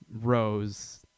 Rose